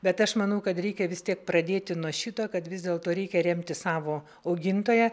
bet aš manau kad reikia vis tiek pradėti nuo šito kad vis dėl to reikia remti savo augintoją